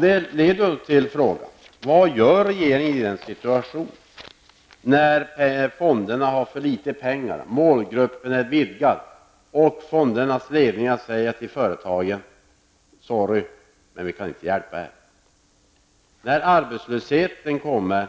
Detta leder fram till frågan: Vad gör regeringen i den situation när fonderna har för litet pengar, eftersom målgruppen har vidgats, och fondernas ledning säger till företagen: Sorry, men vi kan inte hjälpa er? Vad gör regeringen när arbetslösheten kommer